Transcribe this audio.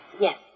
Yes